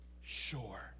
Sure